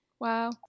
Wow